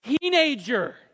teenager